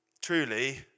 Truly